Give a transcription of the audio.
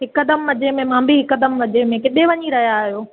हिकदमि मज़े मे मां बि हिकदमि मज़े में केॾांहुं वञी रहिया आहियो